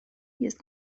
jest